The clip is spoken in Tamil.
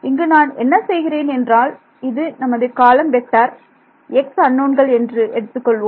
இங்கு நான் என்ன செய்கிறேன் என்றால் இது நமது காலம் வெக்டர் x அன்னோன்கள் என்று எடுத்துக்கொள்வோம்